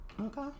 Okay